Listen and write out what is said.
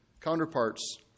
counterparts